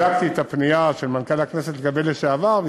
בדקתי את הפנייה של מנכ"ל הכנסת לגבי לשעבר,